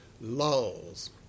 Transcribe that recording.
laws